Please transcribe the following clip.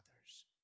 others